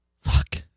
Fuck